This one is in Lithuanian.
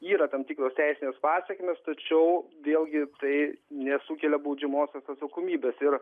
yra tam tikros teisinės pasekmės tačiau vėlgi tai nesukelia baudžiamosios atsakomybės ir